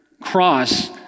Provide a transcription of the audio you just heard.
cross